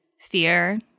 fear